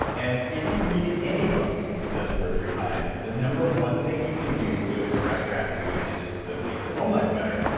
and if you read any book that's worth your time, the number one thing you can do to express gratitude and just to make your own life better,